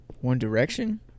One-direction